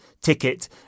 ticket